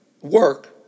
work